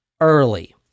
early